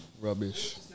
Rubbish